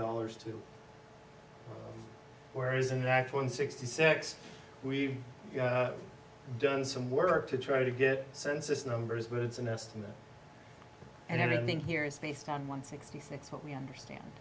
dollars to where is an act one sixty six we've done some work to try to get census numbers but it's an estimate and everything here is based on one sixty six what we understand